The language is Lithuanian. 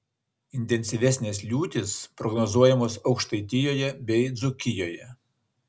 intensyvesnės liūtys prognozuojamos aukštaitijoje bei dzūkijoje